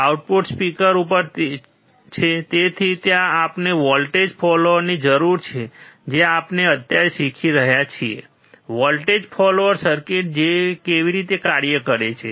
output speaker ઉપર છે તેથી ત્યાં આપણે વોલ્ટેજ ફોલોઅરની જરૂર છે જે આપણે અત્યારે શીખી રહ્યા છીએ વોલ્ટેજ ફોલોઅર સર્કિટ કેવી રીતે કાર્ય કરે છે